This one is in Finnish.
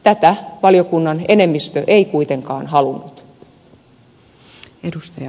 tätä valiokunnan enemmistö ei kuitenkaan halunnut